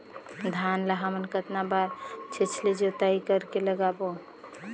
धान ला हमन कतना बार छिछली जोताई कर के लगाबो?